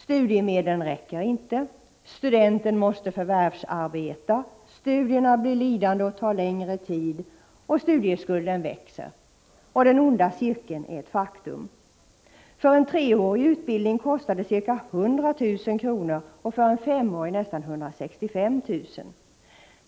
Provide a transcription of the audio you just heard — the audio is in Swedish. Studiemedlen räcker inte, studenten måste förvärvsarbeta, studierna blir lidande och tar längre tid och studieskulden växer. Den onda cirkeln är ett faktum. Studiemedlen för en treårig utbildning uppgår till ca 100 000 kr. och för en femårig utbildning till nästan 165 000 kr.